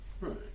Right